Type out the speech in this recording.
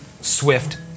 swift